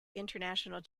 international